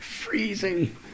Freezing